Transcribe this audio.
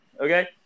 Okay